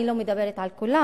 אני לא מדברת על כולם,